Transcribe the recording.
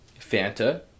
Fanta